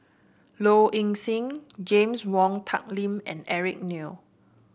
Low Ing Sing James Wong Tuck Yim and Eric Neo